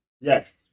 Yes